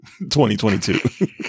2022